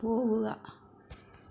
പോകുക